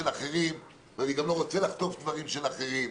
אחרים ואני גם לא רוצה לחטוף דברים של אחרים.